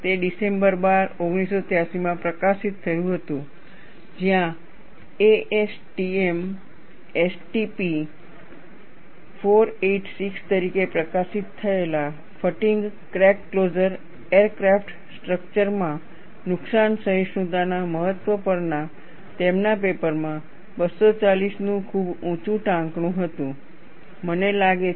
તે ડિસેમ્બર 12 1983માં પ્રકાશિત થયું હતું જ્યાં ASTM STP 486 તરીકે પ્રકાશિત થયેલા ફટીગ ક્રેક ક્લોઝર એરક્રાફ્ટ સ્ટ્રક્ચર્સમાં નુકસાન સહિષ્ણુતાના મહત્વ પરના તેમના પેપરમાં 240 નું ખૂબ ઊંચું ટાંકણું હતું મને લાગે છે